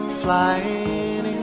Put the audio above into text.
flying